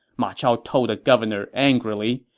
ma chao told the governor angrily.